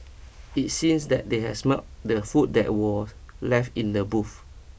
it seems that they had smelt the food that was left in the booth